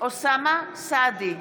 אוסאמה סעדי,